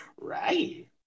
right